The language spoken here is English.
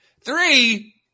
Three